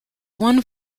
one